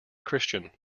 christian